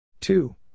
two